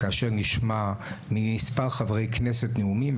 כאשר נשמע מכמה חברי כנסת נאומים,